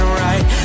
right